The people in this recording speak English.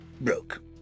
broke